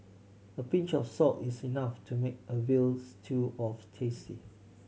a pinch of salt is enough to make a veals to of tasty